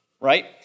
right